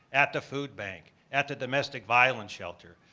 at the food bank, at the domestic violence shelter.